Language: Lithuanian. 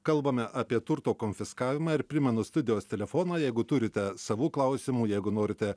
kalbame apie turto konfiskavimą ir primenu studijos telefoną jeigu turite savų klausimų jeigu norite